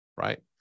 right